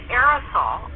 aerosol